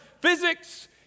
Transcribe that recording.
physics